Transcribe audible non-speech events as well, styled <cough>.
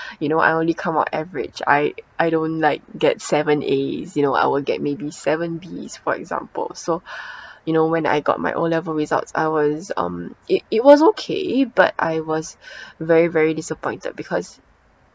<breath> you know I only come out average I I don't like get seven A's you know I will get maybe seven B's for example so <breath> you know when I got my O level results I was um it it was okay but I was very very disappointed because